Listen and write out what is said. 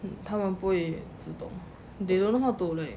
他们不会自动 they don't know how to like